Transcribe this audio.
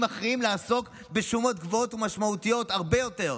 מכריעים לעסוק בשומות גבוהות ומשמעותיות הרבה יותר,